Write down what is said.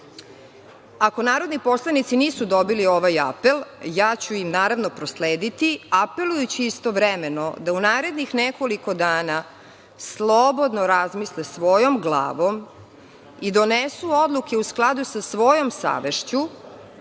narodni poslanici nisu dobili ovaj apel, naravno da ću im proslediti, apelujući istovremeno da u narednih nekoliko dana, slobodno razmisle svojom glavom i donesu odluke u skladu sa svojom savešću,